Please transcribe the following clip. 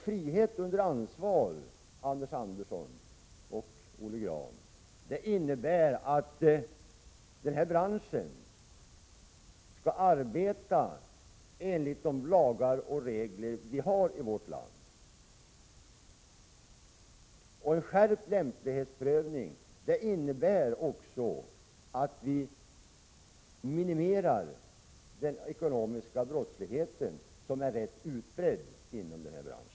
Frihet under ansvar, Anders Andersson och Olle Grahn, innebär att denna bransch skall arbeta enligt de lagar och regler vi har i vårt land. En skärpning av lämplighetsprövningen innebär också att vi minimerar den ekonomiska brottsligheten, som är tämligen utbredd inom denna bransch.